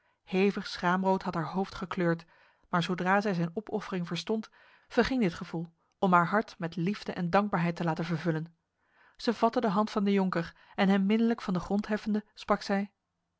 hevig schaamrood had haar hoofd gekleurd maar zodra zij zijn opoffering verstond verging dit gevoel om haar hart met liefde en dankbaarheid te laten vervullen zij vatte de hand van de jonker en hem minnelijk van de grond heffende sprak zij